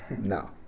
No